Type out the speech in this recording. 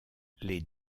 les